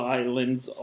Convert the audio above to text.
islands